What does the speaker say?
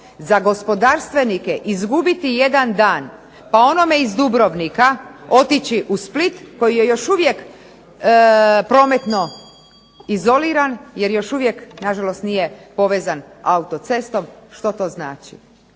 Za gospodarstvenike izgubiti jedan dan pa onome iz Dubrovnika otići u Split, koji je još uvijek prometno izoliran, jer još uvijek na žalost nije povezan autocestom, što to znači,